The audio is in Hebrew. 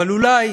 אבל אולי